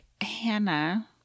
Hannah